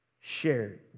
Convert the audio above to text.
shared